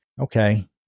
okay